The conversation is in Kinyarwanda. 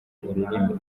ururimi